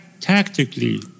tactically